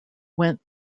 went